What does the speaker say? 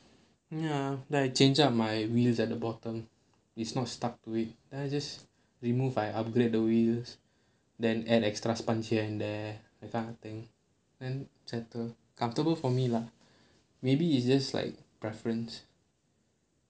ya like change out my wheels at the bottom it's not stuck to it then I just remove I upgrade the wheels then add extra sponge here and there that kind of thing then settle comfortable for me lah maybe it's just like preference